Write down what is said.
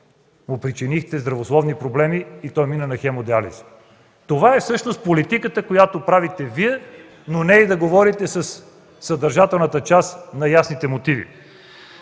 му причинихте здравословни проблеми и той мина на хемодиализа. Това всъщност е политиката, която правите Вие. Но не и да говорите със съдържателната част на ясните мотиви.